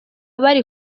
bari